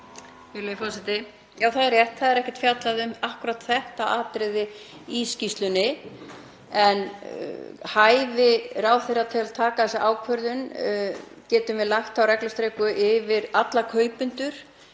Virðulegi forseti. Já, það er rétt, það er ekkert fjallað um akkúrat þetta atriði í skýrslunni. Hæfi ráðherra til að taka þessa ákvörðun — getum við lagt þá reglustiku yfir alla kaupendur?